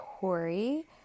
Tori